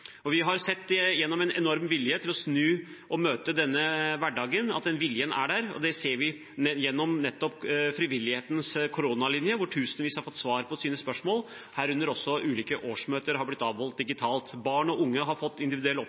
Vi har sett en enorm vilje til å snu seg rundt og møte den nye hverdagen – at den viljen er der. Det ser vi gjennom frivillighetens koronalinje, der tusenvis har fått svar på sine spørsmål, ved at ulike årsmøter har blitt avholdt digitalt, og ved barn og unge har fått individuell